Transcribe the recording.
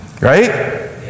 Right